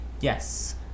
Yes